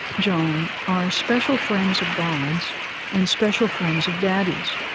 joan, are special friends of god's and special friends of daddy's.